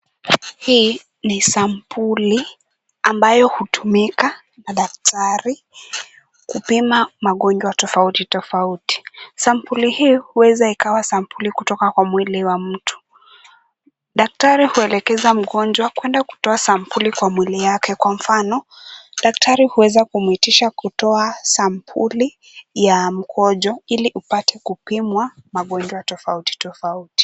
Hii ni sampuli ambayo hutumika na daktari kupima magonjwa tofauti tofauti. Sampuli hii huweza ikawa sampuli kutoka kwa mwili wa mtu. Daktari huelekeza mgonjwa kwenda kutoa sampuli kwa mwili yake, kwa mfano daktari huweza kumwitisha kutoa sampuli ya mkojo ili upate kupimwa magonjwa tofauti tofauti.